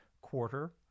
quarter